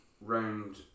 Round